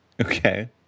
Okay